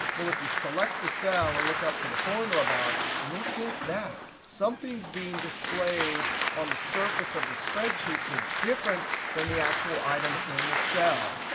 well, if you select the cell and look up to the formula bar, look at that. something's being displayed on the surface of the spreadsheet that's different than the actual item in the cell.